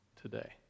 today